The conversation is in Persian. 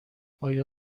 آیا